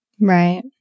Right